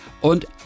und